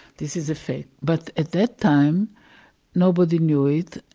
this is a fake! but at that time nobody knew it,